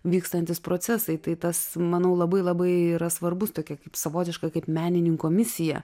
vykstantys procesai tai tas manau labai labai yra svarbus tokia kaip savotiška kaip menininko misija